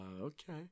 okay